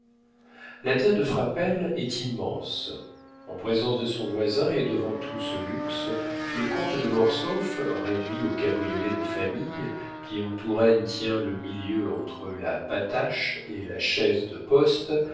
la terre de frapesle est immense en présence de son voisin et devant tout ce luxe le comte de mortsauf réduit au cabriolet de famille qui en touraine tient le milieu entre la patache et la chaise de poste